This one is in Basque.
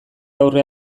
aurre